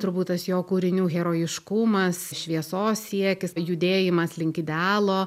turbūt tas jo kūrinių herojiškumas šviesos siekis judėjimas link idealo